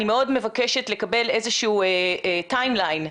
אני מאוד מבקשת לקבל איזשהו טיים-ליין,